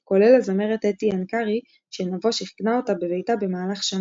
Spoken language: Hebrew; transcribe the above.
כולל הזמרת אתי אנקרי שנבו שיכנה אותה בביתה במהלך שנה.